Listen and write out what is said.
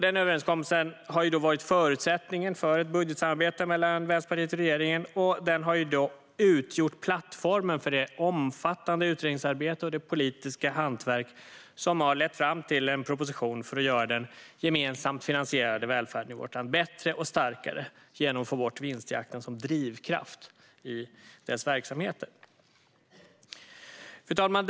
Den överenskommelsen har varit förutsättningen för ett budgetsamarbete mellan Vänsterpartiet och regeringen. Den har också utgjort plattformen för det omfattande utredningsarbete och politiska hantverk som har lett fram till en proposition som ska göra den gemensamt finansierade välfärden i vårt land bättre och starkare genom att få bort vinstjakten som drivkraft i dess verksamheter. Fru talman!